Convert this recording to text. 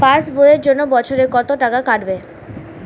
Pass বইয়ের জন্য বছরে কত টাকা কাটবে?